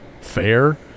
fair